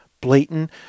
blatant